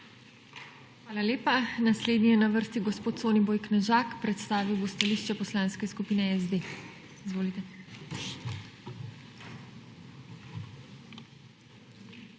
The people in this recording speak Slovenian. Hvala lepa. Naslednji je na vrsti gospod Soniboj Knežak. Predstavil bo stališče Poslanske skupine SD. Izvolite.